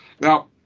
Now